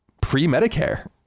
pre-Medicare